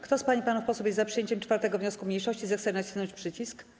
Kto z pań i panów posłów jest za przyjęciem 4. wniosku mniejszości, zechce nacisnąć przycisk.